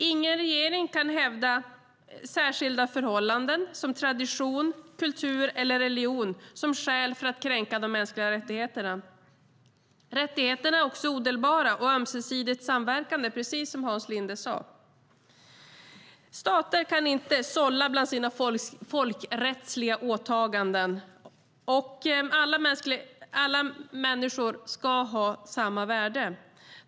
Ingen regering kan hävda särskilda förhållanden som tradition, kultur eller religion som skäl för att kränka de mänskliga rättigheterna. Rättigheterna är också odelbara och ömsesidigt samverkande, precis som Hans Linde sade. Stater kan inte sålla bland sina folkrättsliga åtaganden. Alla människor ska ha samma värde.